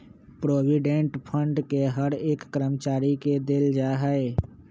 provident fund के हर एक कर्मचारी के देल जा हई